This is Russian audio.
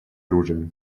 оружия